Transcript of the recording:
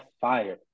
fire